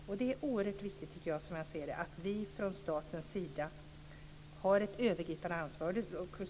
Det är oerhört viktigt att vi från statens sida har ett övergripande ansvar.